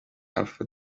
alpha